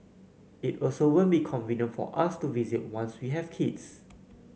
it also won't be convenient for us to visit once we have kids